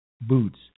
boots